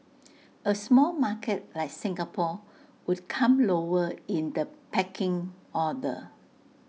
A small market like Singapore would come lower in the pecking order